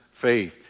faith